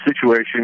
situation